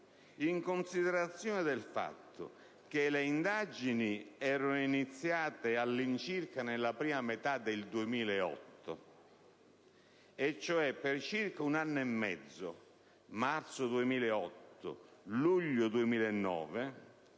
in considerazione del fatto che le indagini erano iniziate all'incirca nella prima metà del 2008, il che equivale a dire che per circa un anno e mezzo (marzo 2008-luglio 2009)